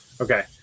okay